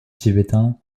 tibétain